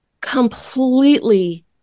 completely